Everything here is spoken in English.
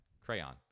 crayon